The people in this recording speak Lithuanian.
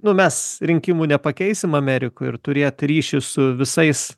nu mes rinkimų nepakeisim amerikoje ir turėt ryšį su visais